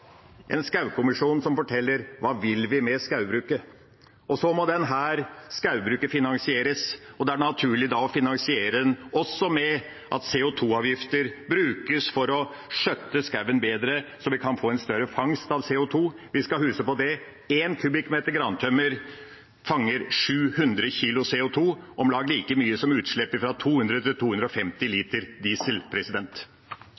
som forteller hva vi vil med skogbruket. Så må dette skogbruket finansieres, og det er da naturlig å finansiere det også med at CO 2 -avgifter brukes for å skjøtte skogen bedre, så vi kan få en større fangst av CO 2 . Vi skal huske på at 1 m 3 grantømmer fanger 700 kg CO 2 , om lag like mye som